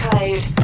Code